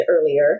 earlier